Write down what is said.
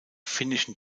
finnischen